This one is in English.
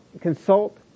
consult